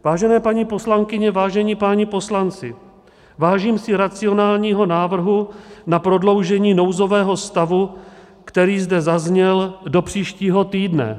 Vážené paní poslankyně, vážení páni poslanci, vážím si racionálního návrhu na prodloužení nouzového stavu, který zde zazněl do příštího týdne.